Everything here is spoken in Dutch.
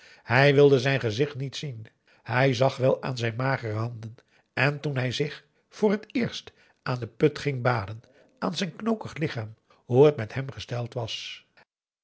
hij wilde zijn gezicht niet zien hij zag wel aan zijn magere handen en toen hij zich voor het eerst aan den put ging baden aan zijn knokkig lichaam hoe het met hem gesteld was